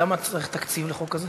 למה צריך תקציב לחוק הזה?